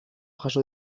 jaso